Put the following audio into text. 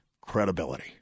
credibility